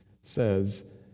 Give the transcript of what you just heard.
says